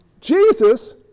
jesus